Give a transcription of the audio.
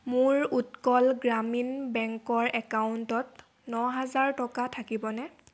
মোৰ উৎকল গ্ৰামীণ বেংকৰ একাউণ্টত ন হাজাৰ টকা থাকিবনে